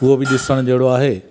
उहो बि ॾिसणु जहिड़ो आहे